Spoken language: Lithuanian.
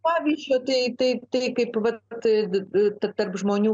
pavyzdžio tai taip vat tarp žmonių